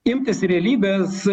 imtis realybės